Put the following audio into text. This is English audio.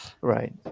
Right